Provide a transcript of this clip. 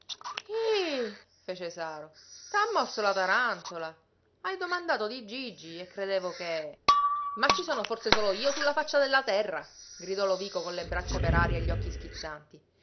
ih fece saro t'ha morso la tarantola hai domandato di gigi e credevo che ma ci sono forse io solo su la faccia della terra gridò lovico con le braccia per aria e gli occhi schizzanti